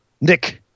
Nick